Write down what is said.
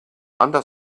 under